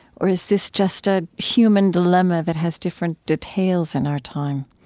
or is this just a human dilemma that has different details in our time?